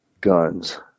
guns